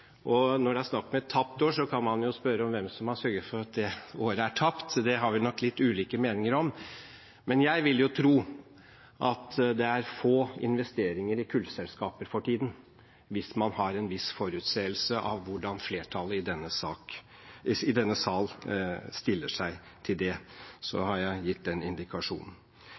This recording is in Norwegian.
trykk når det gjelder miljøinvesteringer. Og når det er snakk om et tapt år, kan man jo spørre om hvem som har sørget for at det året er tapt. Det har vi nok litt ulike meninger om. Men jeg vil jo tro at det er få investeringer i kullselskaper for tiden, hvis man har en viss forutseenhet av hvordan flertallet i denne sal stiller seg til det. Så har jeg gitt den indikasjonen.